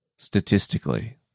Statistically